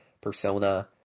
Persona